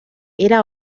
era